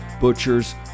butchers